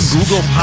Google